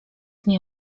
nie